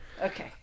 Okay